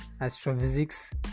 astrophysics